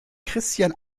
christian